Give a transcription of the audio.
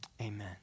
amen